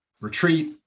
retreat